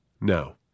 No